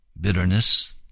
bitterness